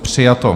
Přijato.